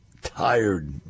tired